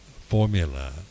formula